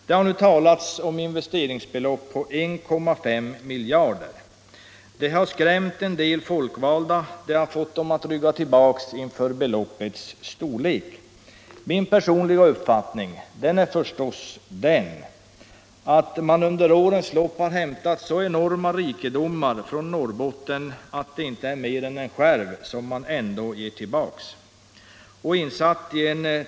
Det har talats om ett investeringsbelopp på 1,5 miljarder kronor. Det har skrämt en del folkvalda och fått dem att rygga tillbaka inför beloppets storlek. Min personliga uppfattning är förstås att det under årens lopp har hämtats så enorma rikedomar från Norrbotten att det inte är mer än en skärv som skulle ges tillbaka.